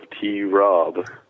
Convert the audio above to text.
T-Rob